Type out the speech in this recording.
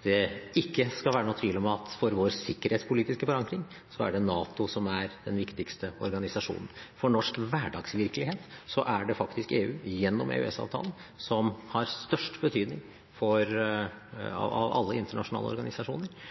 det ikke skal være noen tvil om at for vår sikkerhetspolitiske forankring er det NATO som er den viktigste organisasjonen. For norsk hverdagsvirkelighet er det faktisk EU, gjennom EØS-avtalen, som har størst betydning av alle internasjonale organisasjoner.